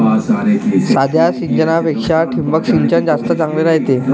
साध्या सिंचनापेक्षा ठिबक सिंचन जास्त चांगले रायते